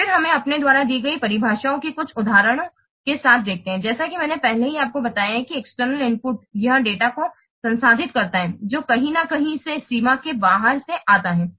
फिर हमें अपने द्वारा दी गई परिभाषाओं के कुछ उदाहरणों के साथ देखते हैं जैसा कि मैंने पहले ही आपको बताया है कि एक्सटर्नल इनपुट यह डेटा को संसाधित करता है जो कहीं न कहीं से सीमा के बाहर से आता है